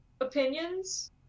opinions